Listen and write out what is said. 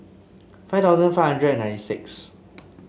five thousand five hundred and ninety six